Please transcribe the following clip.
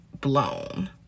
blown